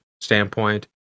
standpoint